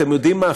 אתם יודעים מה,